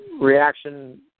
reaction